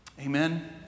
Amen